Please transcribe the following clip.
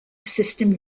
system